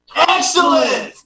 Excellent